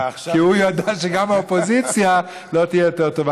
כי הוא ידע שגם האופוזיציה לא תהיה יותר טובה.